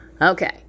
okay